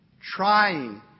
trying